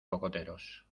cocoteros